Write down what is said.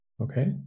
Okay